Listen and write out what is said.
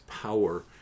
power